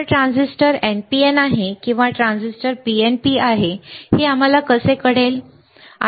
तर transistor NPN आहे किंवा ट्रान्झिस्टर PNP आहे की नाही आम्हाला कसे कळेल